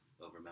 over